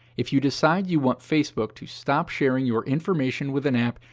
if you decide you want facebook to stop sharing your information with an app,